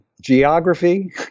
Geography